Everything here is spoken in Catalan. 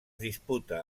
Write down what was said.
disputa